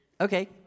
Okay